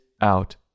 out